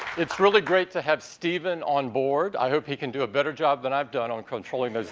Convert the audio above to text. it's really great to have steven on board. i hope he can do a better job than i've done on controlling